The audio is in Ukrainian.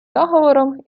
договором